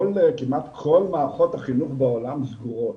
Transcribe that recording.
כמעט כל מערכות החינוך בעולם סגורות.